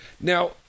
Now